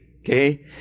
Okay